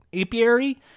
apiary